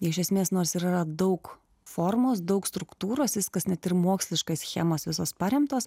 iš esmės nors yra daug formos daug struktūros viskas net ir moksliška schemos visos paremtos